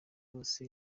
rwose